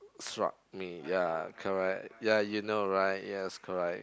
struck me ya correct ya you know right yes correct